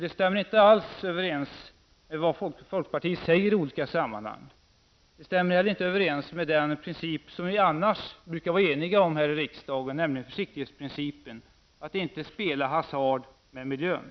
Det stämmer inte alls överens med vad man i folkpartiet i olika sammanhang säger. Inte heller stämmer det överens med den princip som vi annars brukar vara eniga om här i riksdagen, nämligen försiktighetsprincipen -- att vi inte skall spela hasard med miljön.